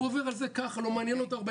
הוא עובר על זה בלי שיעניין אותו.